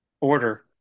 order